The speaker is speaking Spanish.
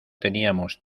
teníamos